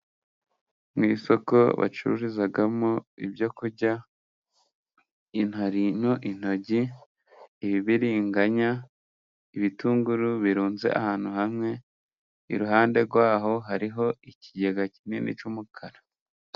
Mu isoko bacururizamo ibyo kurya, harimo intoryi, ibibiringanya, ibitunguru birunze ahantu hamwe. Iruhande rwaho hariho ikigega kinini cy'umukara.